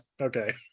okay